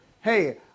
hey